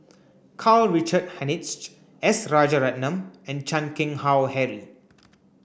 Karl Richard Hanitsch S Rajaratnam and Chan Keng Howe Harry